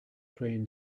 train